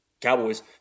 Cowboys